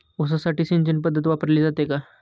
ऊसासाठी सिंचन पद्धत वापरली जाते का?